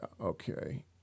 okay